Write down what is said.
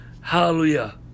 Hallelujah